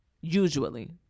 usually